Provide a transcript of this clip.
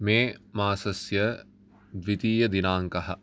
मे मासस्य द्वितीयदिनाङ्कः